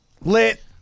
lit